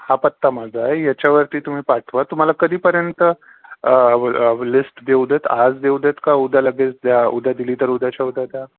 हा पत्ता माझा आहे याच्यावरती तुम्ही पाठवा तुम्हाला कधीपर्यंत लिस्ट देऊ देत आज देऊ देत का उद्या लगेच द्या उद्या दिली तर उद्याच्या उद्या द्या